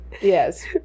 yes